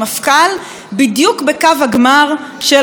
בדיוק בקו הגמר של חקירות נתניהו.